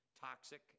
toxic